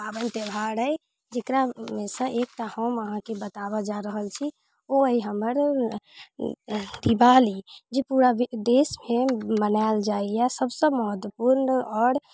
पाबनि त्यौहार अछि जकरामे सँ एकटा हम अहाँकेँ बताबय जा रहल छी ओ अइ हमर दिवाली जे पूरा वि देशमे मनायल जाइए सभसँ महत्वपूर्ण आओर